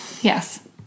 Yes